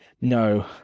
No